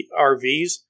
RVs